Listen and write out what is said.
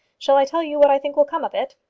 shall i tell you what i think will come of it?